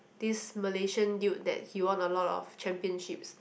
this Malaysian dude that he won a lot of championships